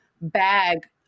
bag